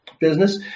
business